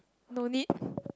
no need